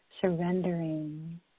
surrendering